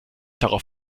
darauf